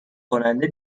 کننده